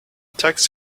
text